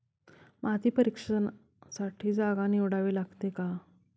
माती परीक्षणासाठी जागा निवडावी लागते का?